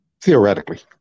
theoretically